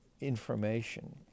information